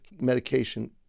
medication